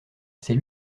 c’est